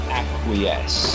acquiesce